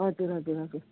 हजुर हजुर हजुर